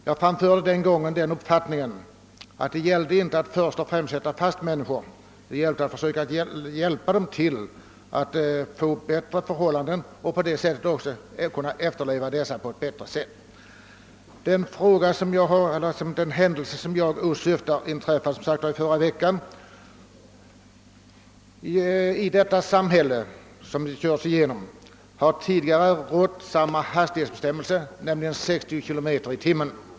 Jag framförde den gången uppfattningen att det inte gällde att först och främst sätta fast människor utan att försöka hjälpa dem till att få bättre förhållanden och på det sättet också kunna bättre efterleva bestämmelserna. Den händelse som jag åsyftar inträffade, som sagt, förra veckan. I det samhälle som kördes igenom har tidigare rått en enhetlig hastighetsbestämmelse, nämligen 60 km/tim.